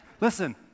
Listen